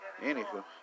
Anywho